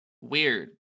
weird